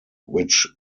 which